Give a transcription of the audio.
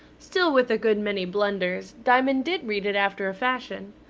still with a good many blunders, diamond did read it after a fashion.